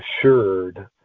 assured